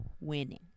Winning